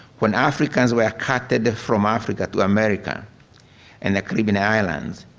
when africans were carted from africa to america and the caribbean islands,